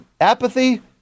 Apathy